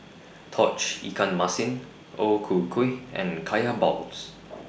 Tauge Ikan Masin O Ku Kueh and Kaya Balls